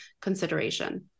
consideration